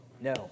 No